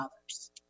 others